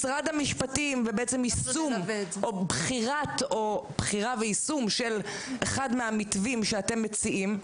משרד המשפטים ובחירה ויישום של אחד מהמתווים שאתם מציעים.